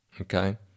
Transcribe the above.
okay